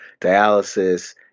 dialysis